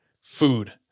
food